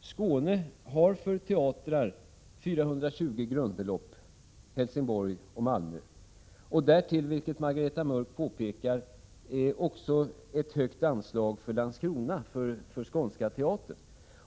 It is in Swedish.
Skåne får för teatrarna 420 grundbelopp. Jag tänker då på Helsingborg och Malmö. Därtill kommer — vilket Margareta Mörck påpekar — ett stort anslag till Landskrona för Skånska teatern.